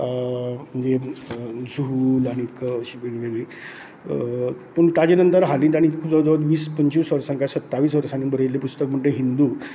म्हणजे जुहूल आनीक अशी वेग वेगळीं पूण ताचें नंतर हालीं ताणे जवळ जवळ वीस पंचवीस वर्सांनी काय सत्तावीस वर्सांनी बरयल्लें पुस्तक म्हणटा तें हिंदू